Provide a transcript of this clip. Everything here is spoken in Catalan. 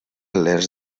lents